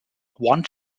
one